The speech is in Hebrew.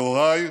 מהוריי,